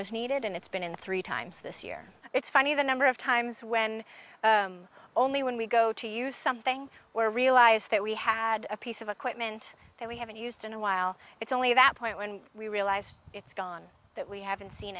was needed and it's been in three times this year it's funny the number of times when only when we go to use something we're realise that we had a piece of equipment that we haven't used in a while it's only that point when we realise it's gone that we haven't seen